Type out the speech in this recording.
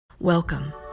Welcome